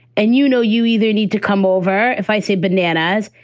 and, you know, you either need to come over. if i say bananas,